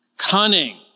Cunning